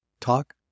talk